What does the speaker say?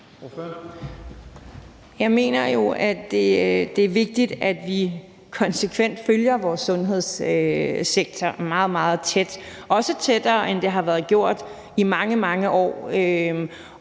Jeg mener jo, at det er vigtigt, at vi konsekvent følger vores sundhedssektor meget, meget tæt, også tættere, end det har været gjort i mange,